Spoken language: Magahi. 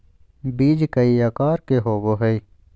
बीज कई आकार के होबो हइ